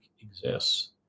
exists